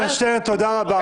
--- חבר הכנסת שטרן, תודה רבה.